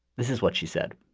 this is what she said